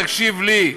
תקשיב לי.